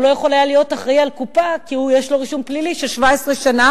הוא לא יכול היה להיות אחראי על קופה כי יש לו רישום פלילי של 17 שנה,